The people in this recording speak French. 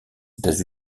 états